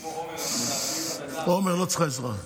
כמו עומר, למשל, עומר לא צריכה עזרה.